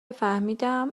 فهمیدم